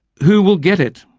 who will get it?